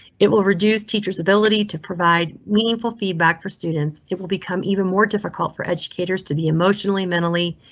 it will reduce teachers ability to provide meaningful feedback for students. it will become even more difficult for educators to be emotionally, mentally,